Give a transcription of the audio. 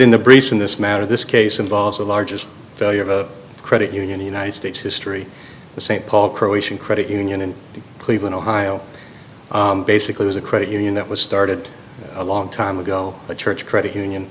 in the brief in this matter this case involves the largest failure of a credit union the united states history the st paul croatian credit union in cleveland ohio basically was a credit union that was started a long time ago a church credit union